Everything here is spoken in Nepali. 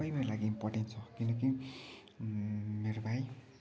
सबै मेरो लागि इम्पोर्टेन्ट छ किनकि मेरो भाइ